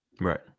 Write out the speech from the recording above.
Right